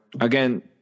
again